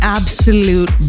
Absolute